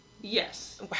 yes